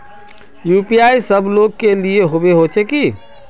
UPI सब लोग के लिए होबे होचे की?